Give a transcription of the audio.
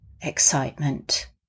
excitement